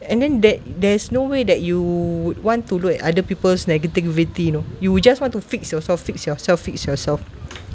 and then there there's no way that you would want to look at other people's negativity you know you would just want to fix yourself fix yourself fix yourself